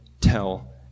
tell